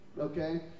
Okay